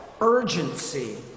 urgency